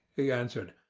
he answered,